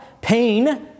pain